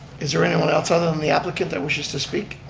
is there anyone else other than the applicant that wishes to speak?